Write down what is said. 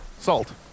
Salt